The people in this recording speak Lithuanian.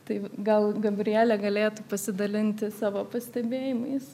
tai v gal gabrielė galėtų pasidalinti savo pastebėjimais